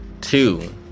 Two